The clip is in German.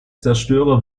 zerstörer